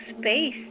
space